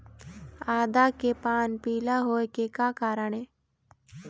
आदा के पान पिला होय के का कारण ये?